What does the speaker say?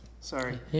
Sorry